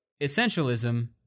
essentialism